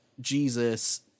Jesus